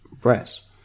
breasts